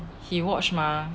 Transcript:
he watch mah